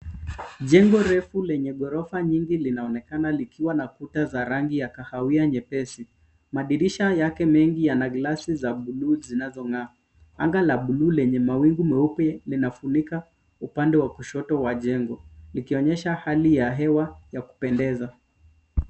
Jengo refu lenye ghorofa nyingi linaonekana likiwa na kuta za kahawia nyepesi. Madirisha yake mengi yana glasi za buluu zinazong'aa. Anga la buluu lenye mawingu meupe linafunika upande wa kushoto wa jengo likionyesha hali ya hewa ya kupendeza.